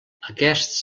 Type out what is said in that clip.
aquests